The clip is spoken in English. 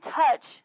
touch